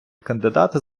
кандидати